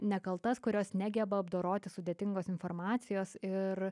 nekaltas kurios negeba apdoroti sudėtingos informacijos ir